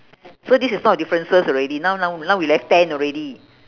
so this is not a differences already now now now we left ten already